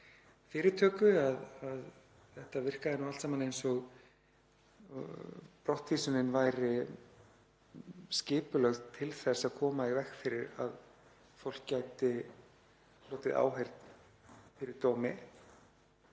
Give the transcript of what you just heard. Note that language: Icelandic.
fyrirtöku að þetta virkaði allt saman eins og brottvísunin væri skipulögð til að koma í veg fyrir að fólk gæti hlotið áheyrn fyrir dómi.